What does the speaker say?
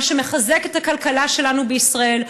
מה שמחזק את הכלכלה שלנו בישראל.